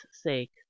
sake